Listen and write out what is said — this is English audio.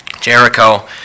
Jericho